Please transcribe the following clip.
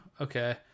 Okay